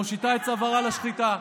מושיטה את צווארה לשחיטה.